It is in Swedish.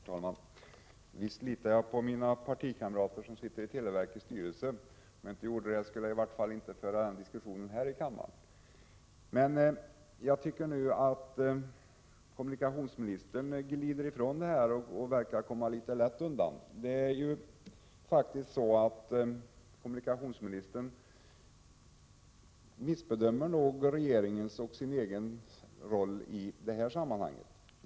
Herr talman! Visst litar jag på mina partikamrater som sitter i televerkets styrelse. Om jag inte gjorde det, skulle jag inte föra diskussionen här i kammaren. Jag tycker att kommunikationsministern glider ifrån frågan och vill komma lätt undan. Kommunikationsministern missbedömer nog regeringens och sin egen roll i det här sammanhanget.